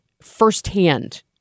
firsthand